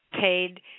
paid